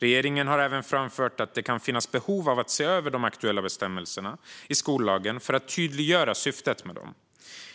Regeringen har även framfört att det kan finnas behov av att se över de aktuella bestämmelserna i skollagen för att tydliggöra syftet med dem.